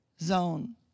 zone